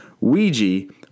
Ouija